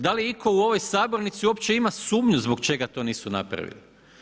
Da li itko u ovoj sabornici uopće ima sumnju zbog čega to nisu napravili?